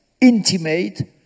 intimate